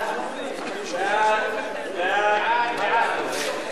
38 נגד, אין נמנעים, אחד לא משתתף.